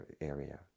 area